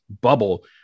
bubble